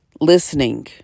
listening